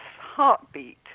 heartbeat